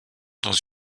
dans